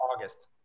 August